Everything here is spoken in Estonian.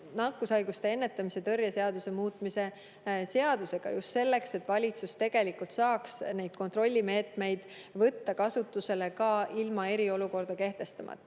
nakkushaiguste ennetamise ja tõrje seaduse muutmise seaduse eelnõuga just selleks, et valitsus saaks neid kontrollimeetmeid võtta kasutusele ka ilma eriolukorda kehtestamata.